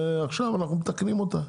ועכשיו אנחנו מתקנים אותה.